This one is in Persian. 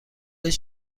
هیچ